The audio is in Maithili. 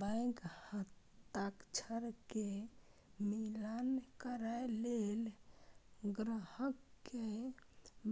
बैंक हस्ताक्षर के मिलान करै लेल, ग्राहक के